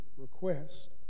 request